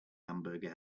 hamburger